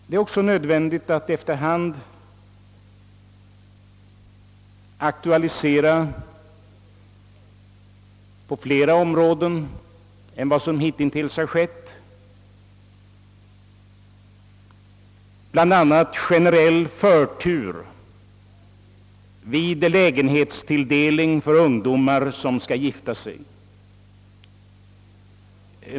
Det är också nödvändigt att efter hand på flera områden än vad som hittills har skett aktualisera bl.a. generell förtur vid lägenhetstilldelning för ungdomar som skall gifta sig.